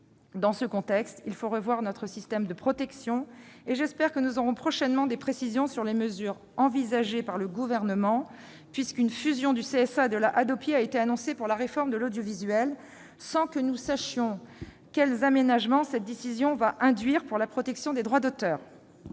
Dans ce contexte, il faut revoir notre système de protection. J'espère que nous aurons prochainement des précisions sur les mesures envisagées par le Gouvernement, puisqu'une fusion du CSA et de la Hadopi a été annoncée dans le cadre de la réforme de l'audiovisuel, sans que nous connaissions les aménagements que cette décision induira pour la protection des droits d'auteur.